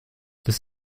das